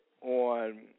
on